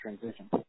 transition